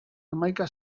hamaika